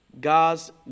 God's